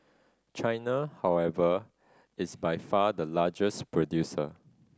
China however is by far the largest producer